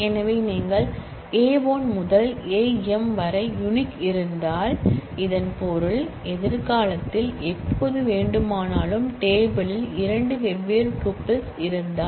எனவே நீங்கள் A1 முதல் A m வரை யுனிக் இருந்தால் இதன் பொருள் எதிர்காலத்தில் எப்போது வேண்டுமானாலும் டேபிள் யில் இரண்டு வெவ்வேறு டூப்பிள்ஸ் இருந்தால்